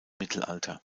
mittelalter